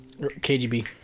KGB